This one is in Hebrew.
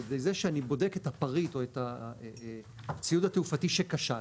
על ידי זה שאני בודק את הפריט או את הציוד התעופתי שכשל,